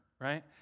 right